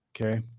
okay